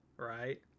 Right